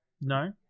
No